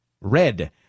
red